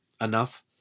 enough